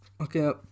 Okay